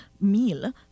meal